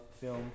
film